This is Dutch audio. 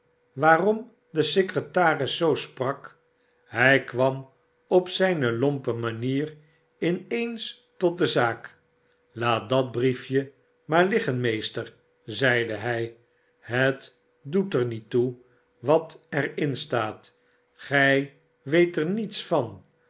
waarom de secretaris zoo sprak hij kwam op zijne lompe manier in eens tot de zaak slaat dat briefje maar liggen meester zeide hij a het doet er niet toe wat er in staat gij weet er niets van